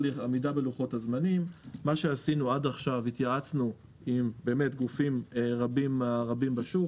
עד עכשיו התייעצנו עם גופים רבים בשוק.